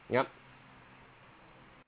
yup